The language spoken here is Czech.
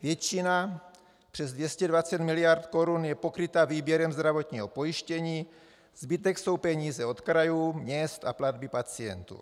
Většina, přes 220 miliard korun, je pokryta výběrem zdravotního pojištění, zbytek jsou peníze od krajů, měst a platby pacientů.